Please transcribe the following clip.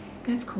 that's cool